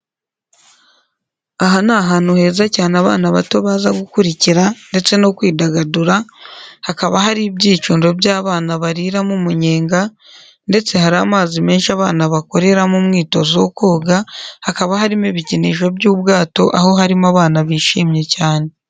Aha ni ahantu heza cyane abana bato baza gukurikira ndetse no kwidagadura, hakaba hari ibyicundo by'abana bariramo umunyenga, ndetse hari amazi menshi abana bakoreramo umwitozo wo koga, hakaba harimo ibikinisho by'ubwato aho harimo abana bishimye cyane.